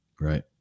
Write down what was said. Right